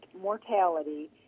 mortality